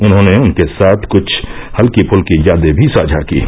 उन्होंने उनके साथ कुछ हल्की फुल्की यादें भी साझा कीं